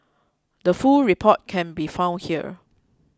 the full report can be found here